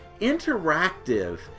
interactive